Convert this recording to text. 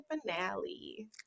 finale